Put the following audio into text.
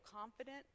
confident